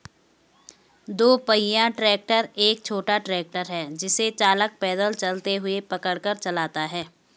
दो पहिया ट्रैक्टर एक छोटा ट्रैक्टर है जिसे चालक पैदल चलते हुए पकड़ कर चलाता है